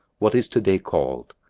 what is to-day called?